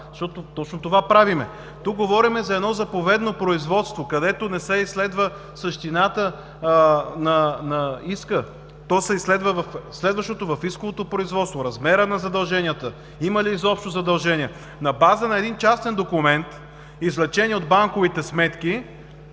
Тук говорим за едно заповедно производство, където не се изследва същината на иска. То се изследва в следващото, в исковото производство – размера на задълженията, има ли изобщо задължения.